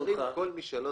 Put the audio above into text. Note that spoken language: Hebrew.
וחלקם כמובן לא בשכר,